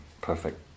perfect